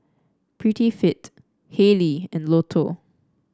Prettyfit Haylee and Lotto